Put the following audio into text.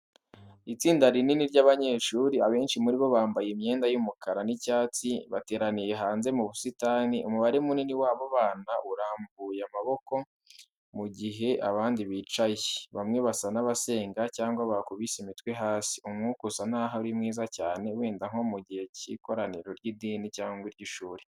Itsinda rinini ry'abanyeshuri, abenshi muri bo bambaye imyenda y'umukara n'icyatsi, bateraniye hanze mu busitani. Umubare munini w'abo bana urambuye amaboko, mu gihe abandi bicaye, bamwe basa n'abasenga cyangwa bakubise imitwe hasi. Umwuka usa naho ari mwiza cyane, wenda nko mu gihe cy'ikoraniro ry'idini cyangwa iry'ishuri.